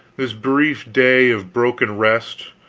this brief day of broken rest,